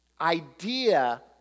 idea